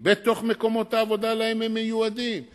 במקומות העבודה שהם מיועדים להגיע אליהם.